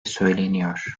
söyleniyor